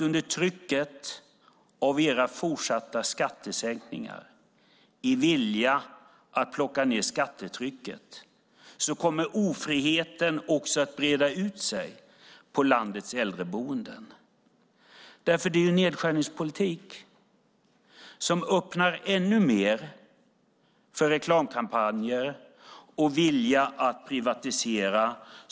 Under trycket av era fortsatta skattesänkningar, i viljan att minska skattetrycket, kommer ofriheten också att breda ut sig på landets äldreboenden därför att det är en nedskärningspolitik som ännu mer öppnar för reklamkampanjer och en vilja att privatisera.